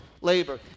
labor